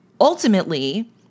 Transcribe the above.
ultimately